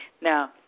Now